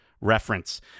reference